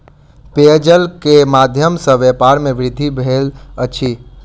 पेयजल के माध्यम सॅ व्यापार में वृद्धि भेल अछि